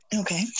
Okay